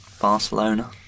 Barcelona